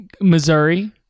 Missouri